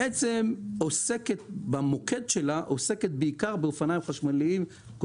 עוסקת במוקד שלה בעיקר באופניים חשמליים,